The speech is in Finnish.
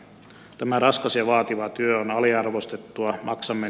tämä raskas ja vaativa työ on aliarvostettua maassamme